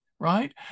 Right